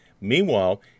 Meanwhile